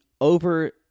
over